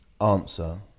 answer